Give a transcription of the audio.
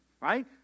right